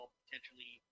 potentially